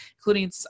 including